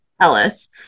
Ellis